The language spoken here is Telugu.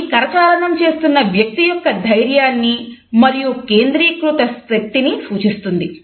అది కరచాలనం చేస్తున్నా వ్యక్తి యొక్క ధైర్యాన్ని మరియు కేంద్రీకృత శక్తిని సూచిస్తుంది